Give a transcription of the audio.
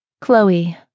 Chloe